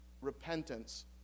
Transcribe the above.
repentance